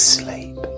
sleep